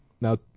Now